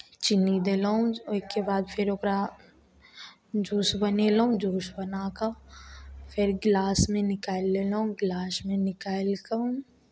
चीनी देलहुँ ओहिके बाद फेर ओकरा जूस बनेलहुँ जूस बना कऽ फेर गिलासमे निकालि लेलहुँ गिलासमे निकालि कऽ